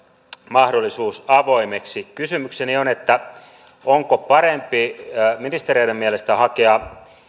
mahdollisuus avoimeksi kysymykseni on onko parempi ministereiden mielestä hakea